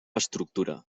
estructura